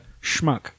schmuck